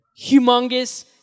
Humongous